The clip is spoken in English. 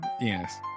Yes